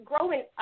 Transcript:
growing